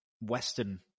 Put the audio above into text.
Western